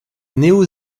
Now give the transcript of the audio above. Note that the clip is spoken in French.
néo